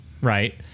Right